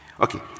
Okay